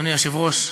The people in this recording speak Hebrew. אדוני היושב-ראש,